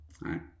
right